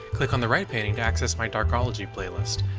click on the right painting to access my darkology playlist.